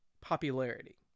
popularity